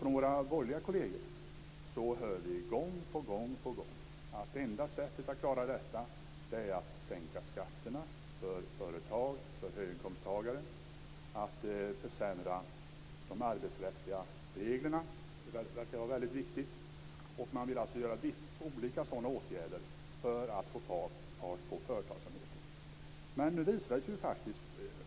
Från våra borgerliga kolleger hör vi gång på gång att enda sättet att klara det är att sänka skatterna för företag och höginkomsttagare. Att försämra de arbetsrättsliga reglerna verkar också vara väldigt viktigt. Man vill vidta olika sådana åtgärder för att få fart på företagsamheten.